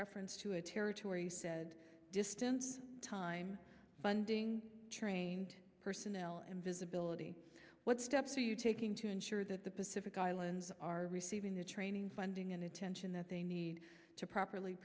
reference to a territory said distance time funding trained personnel and visibility what steps are you taking to ensure that the pacific islands are receiving the training funding and attention that they need to properly